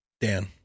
Dan